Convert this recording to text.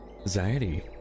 anxiety